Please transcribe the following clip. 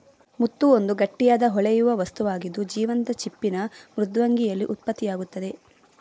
ಮುತ್ತು ಒಂದು ಗಟ್ಟಿಯಾದ, ಹೊಳೆಯುವ ವಸ್ತುವಾಗಿದ್ದು, ಜೀವಂತ ಚಿಪ್ಪಿನ ಮೃದ್ವಂಗಿಯಲ್ಲಿ ಉತ್ಪತ್ತಿಯಾಗ್ತದೆ